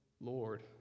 lord